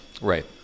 Right